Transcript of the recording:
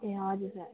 ए हजुर सर